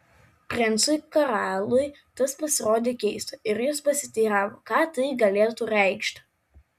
princui karlui tas pasirodė keista ir jis pasiteiravo ką tai galėtų reikšti